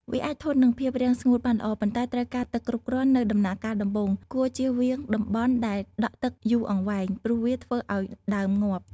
វាអាចធន់នឹងភាពរាំងស្ងួតបានល្អ ប៉ុន្តែត្រូវការទឹកគ្រប់គ្រាន់នៅដំណាក់កាលដំបូង គួរចៀសវាងតំបន់ដែលដក់ទឹកយូរអង្វែង ព្រោះវាធ្វើឱ្យដើមងាប់។